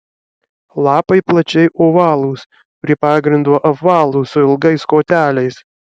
lapai plačiai ovalūs prie pagrindo apvalūs su ilgais koteliais